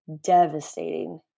devastating